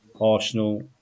Arsenal